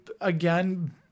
again